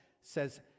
says